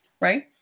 right